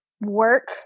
work